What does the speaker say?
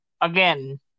again